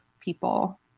people